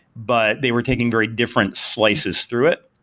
but they were taking very different slices through it,